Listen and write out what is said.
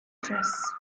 dress